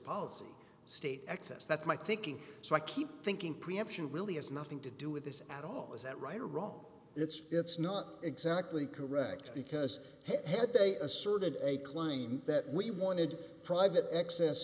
policy state access that my thinking so i keep thinking preemption really has nothing to do with this at all is that right or wrong it's it's not exactly correct because had they asserted a claim that we wanted private access